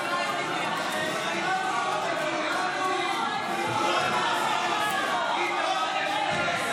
הבוס שלך הגיע.